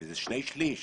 וזה שני שליש,